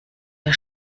der